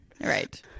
right